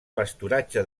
pasturatge